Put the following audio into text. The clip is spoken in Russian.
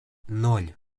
ноль